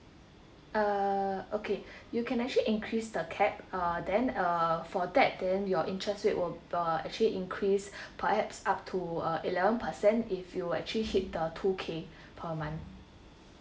uh okay you can actually increase the cap uh then uh for that then your interested will uh actually increased perhaps up to uh eleven percent if you actually hit the two k